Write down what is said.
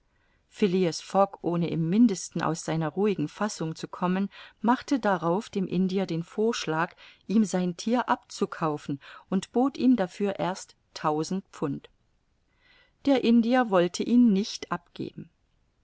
fogg ohne im mindesten aus seiner ruhigen fassung zu kommen machte darauf dem indier den vorschlag ihm sein thier abzukaufen und bot ihm dafür erst tausend pfund der indier wollte ihn nicht abgeben